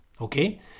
Okay